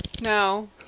no